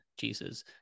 jesus